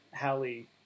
Hallie